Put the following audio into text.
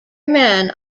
man